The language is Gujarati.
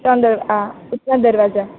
ત્રણ દરવાજા હા ત્રણ દરવાજા